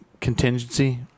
contingency